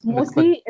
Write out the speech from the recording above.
Mostly